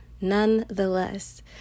nonetheless